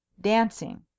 dancing